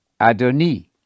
Adoni